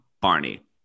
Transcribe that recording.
Barney